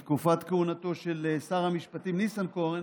בתקופת כהונתו של שר המשפטים ניסנקורן,